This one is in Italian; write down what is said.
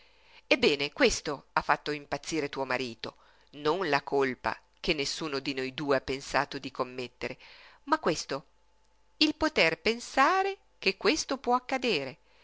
ebbene questo ha fatto impazzire tuo marito non la colpa che nessuno di noi due ha pensato di commettere ma questo il poter pensare che questo può accadere